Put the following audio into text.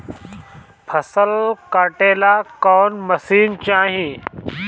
फसल काटेला कौन मशीन चाही?